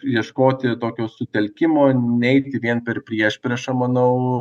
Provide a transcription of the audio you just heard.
ieškoti tokio sutelkimo neiti vien per priešpriešą manau